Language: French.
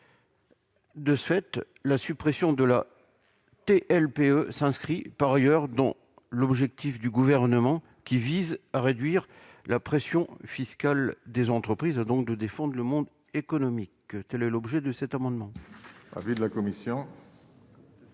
De ce fait, la suppression de la TLPE s'inscrit par ailleurs dans l'objectif du gouvernement qui vise à réduire la pression fiscale des entreprises donc de défendent le monde économique, telle est l'objet de cet amendement. Avis de la commission.